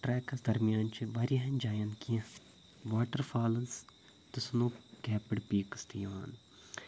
اَتھ ٹرٛیکَس درمِیان چھِ واریاہَن جایَن کینٛہہ واٹَرفالٕز تہٕ سٕنوکیپٕڈ پیٖکٕس تہِ یِوان